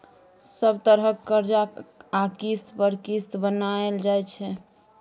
सब तरहक करजा आ किस्त पर किस्त बनाएल जाइ छै